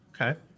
Okay